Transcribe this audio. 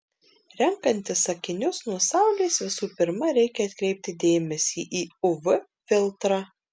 renkantis akinius nuo saulės visų pirma reikia atkreipti dėmesį į uv filtrą